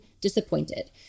disappointed